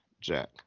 Jack